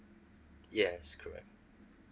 yes correct